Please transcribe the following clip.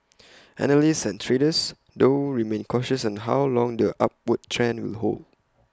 analysts and traders though remain cautious on how long the upward trend will hold